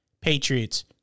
Patriots